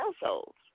households